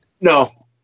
No